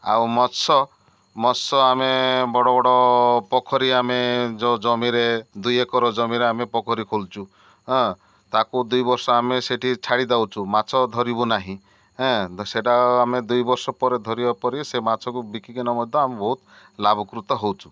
ଆଉ ମତ୍ସ୍ୟ ମତ୍ସ୍ୟ ଆମେ ବଡ଼ ବଡ଼ ପୋଖରୀ ଆମେ ଯେଉଁ ଜମିରେ ଦୁଇ ଏକର ଜମିରେ ଆମେ ପୋଖରୀ ଖୋଲୁଛୁ ହଁ ତାକୁ ଦୁଇ ବର୍ଷ ଆମେ ସେଠି ଛାଡ଼ି ଦେଉଛୁ ମାଛ ଧରିବୁ ନାହିଁଁ ସେଟା ଆମେ ଦୁଇ ବର୍ଷ ପରେ ଧରିବା ପରେ ସେ ମାଛକୁ ବିକି କିନା ମଧ୍ୟ ଆମେ ବହୁତ ଲାଭକୃତ ହେଉଛୁ